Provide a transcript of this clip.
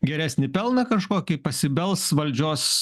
geresnį pelną kažkokį pasibels valdžios